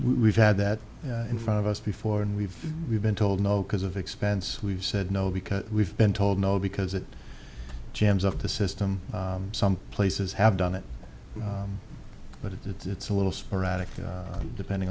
we've had that in front of us before and we've we've been told no because of expense we've said no because we've been told no because it jams up the system some places have done it but if it's a little sporadic depending